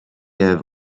have